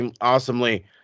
awesomely